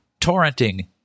torrenting